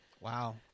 wow